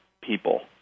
people